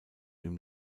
ihm